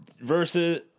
versus